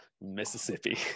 Mississippi